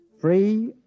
Free